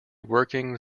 working